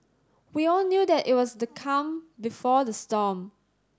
we all knew that it was the calm before the storm